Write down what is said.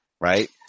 right